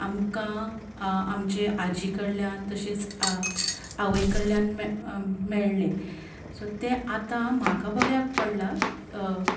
आमकां आमचे आजी कडल्यान तशेंच आवय कडल्यान मेळ्ळें सो तें आतां म्हाका बऱ्याक पडला